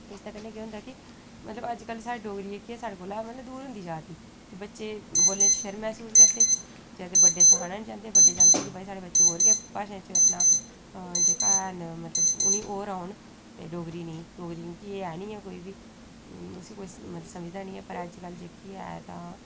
इसदे कन्ने केह् होंदा कि मतलब अजकल साढ़ी डोगरी जेह्की ऐ साढ़े कोला मतलब दूर होंदी जा रदी बच्चे बोलने च शर्म मह्सूस करदे बड्डे सखाना नी चाहंदे बड्डे चांह्दे भाई साढ़े बच्चे होर गै भाशाएं च अपना जेह्का हैन मतलब उ'नें गी होर औन ते डोगरी नी डोगरी क्योंकि एह् है नी ऐ कोई बी इसी कोई मतलब समझदा नी ऐ पर अजकल जेह्की ऐ तां